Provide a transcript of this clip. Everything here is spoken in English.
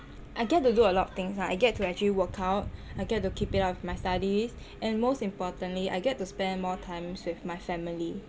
I get to do a lot of things lah I get to actually workout I get to keep it up of my studies and most importantly I get to spend more time with my family